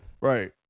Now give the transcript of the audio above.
Right